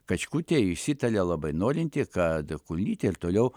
kačkutė išsitarė labai norinti kad kulnytė ir toliau